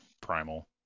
primal